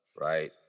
right